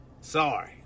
Sorry